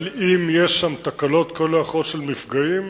אבל אם יש שם תקלות כאלה או אחרות של מפגעים,